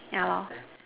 yeah lor